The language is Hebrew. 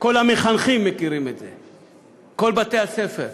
כל המחנכים מכירים את זה, כל בתי-הספר.